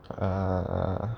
ah